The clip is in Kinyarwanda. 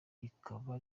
rikaba